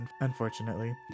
unfortunately